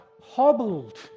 hobbled